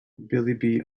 billy